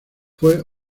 fue